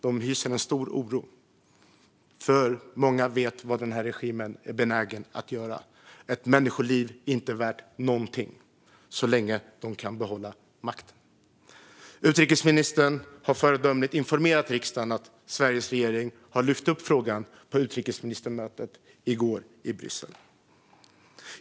De hyser en stor oro, för många vet vad den här regimen är benägen att göra. Ett människoliv är inte värt någonting så länge de kan behålla makten. Utrikesministern har föredömligt informerat riksdagen om att Sveriges regering har lyft upp frågan på utrikesministermötet i går i Bryssel.